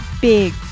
big